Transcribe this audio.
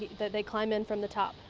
they climb in from the top.